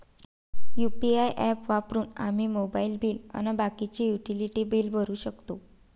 UPI app वापरून आम्ही mobile bill अन बाकीचे युटिलिटी बिल भरू शकतो